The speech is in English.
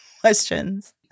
questions